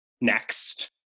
Next